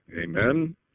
Amen